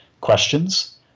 questions